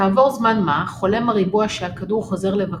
כעבור זמן מה, חולם הריבוע שהכדור חוזר לבקרו,